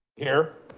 here.